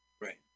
Right